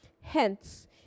Hence